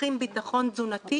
שמבטיחים ביטחון תזונתי,